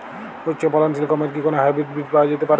উচ্চ ফলনশীল গমের কি কোন হাইব্রীড বীজ পাওয়া যেতে পারে?